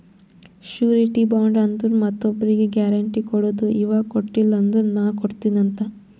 surety bond ಅಂದುರ್ ಮತ್ತೊಬ್ರಿಗ್ guarantee ಕೊಡದು ಇವಾ ಕೊಟ್ಟಿಲ ಅಂದುರ್ ನಾ ಕೊಡ್ತೀನಿ ಅಂತ್